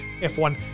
F1